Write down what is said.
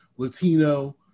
Latino